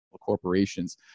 corporations